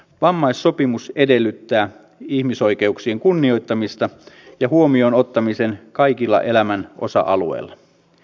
vammaissopimus edellyttää ihmisoikeuksien kunnioittamista ja huomioon ottamista kaikilla elämän osa alueilla